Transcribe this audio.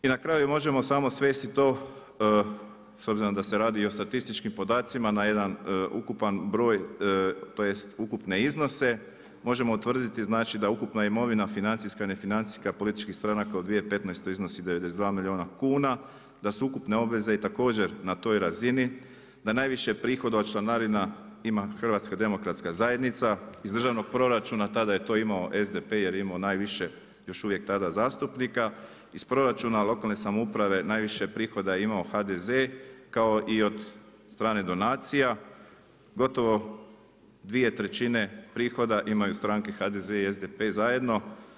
I na kraju možemo samo svesti to s obzirom da se radi o statističkim podacima na jedan ukupan broj tj. ukupne iznose, možemo utvrditi da ukupna imovina financijska, ne financijska političkih stranaka u 2015. iznosi 92 milijuna kuna, da su ukupne obveze i također na toj razini, da najviše prihoda od članarina ima HDZ, iz državnog proračuna tada je to imao SDP jer je imao najviše još uvijek tada zastupnika iz proračuna lokalne samouprave najviše je prihoda imao HDZ kao i od stranih donacija, gotovo dvije trećine imaju stranke HDZ i SDP zajedno.